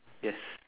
yes